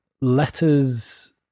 letters